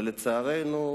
ולצערנו,